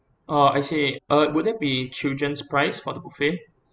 orh I see uh would there be children's price for the buffet